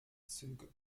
züge